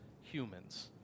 humans